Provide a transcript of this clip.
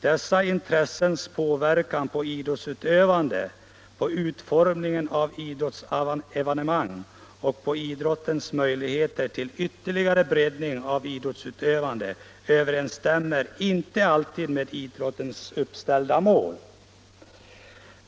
Dessa intressens påverkan på idrottsutövandet, på utformningen av idrottsevenemang och på idrottens möjligheter till ytterligare breddning av idrottsutövandet överensstämmer inte alltid med idrottens uppställda mål.